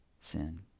sin